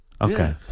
Okay